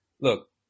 look